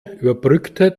überbrückte